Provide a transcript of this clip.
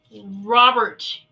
Robert